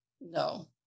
No